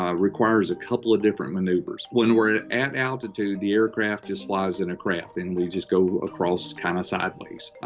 um requires a couple of different maneuvers. when we're at altitude, the aircraft just flies in a crab, and we just go across, kinda kind of sideways.